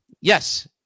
Yes